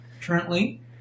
currently